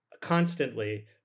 constantly